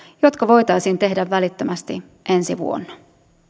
jotka voitaisiin tehdä välittömästi ensi vuonna